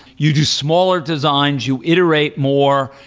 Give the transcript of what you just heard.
you do smaller designs, you iterate more,